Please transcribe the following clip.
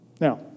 Now